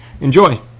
Enjoy